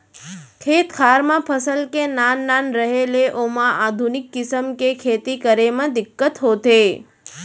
खेत खार म फसल के नान नान रहें ले ओमा आधुनिक किसम के खेती करे म दिक्कत होथे